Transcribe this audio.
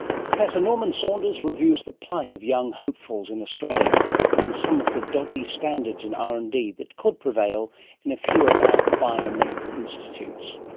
professor norman saunders reviews the plight of young hopefuls in australia and some of the dodgy standards in r and d that could prevail in a few of our biomedical institutes.